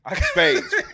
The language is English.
Spades